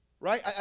Right